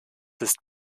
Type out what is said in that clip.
ist